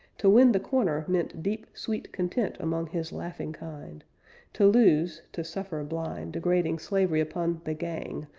to win the corner meant deep, sweet content among his laughing kind to lose, to suffer blind, degrading slavery upon the gang,